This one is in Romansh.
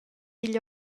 igl